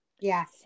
Yes